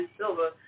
Silva